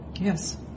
Yes